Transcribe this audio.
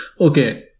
Okay